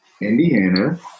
Indiana